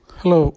Hello